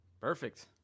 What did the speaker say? perfect